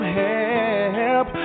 help